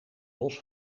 los